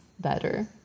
better